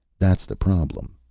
that's the problem,